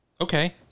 okay